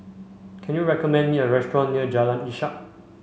can you recommend me a restaurant near Jalan Ishak